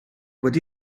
wedi